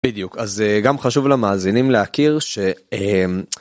בדיוק אז זה גם חשוב למאזינים להכיר שהם.